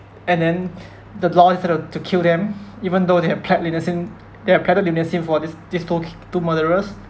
and then the law decided to to kill them even though they have plead leniency they have pleaded leniency for these these two ki~ two murderers